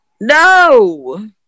No